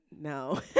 no